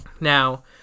Now